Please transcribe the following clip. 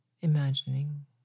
imagining